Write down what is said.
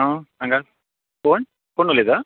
आं सांगात कोण कोण उलयता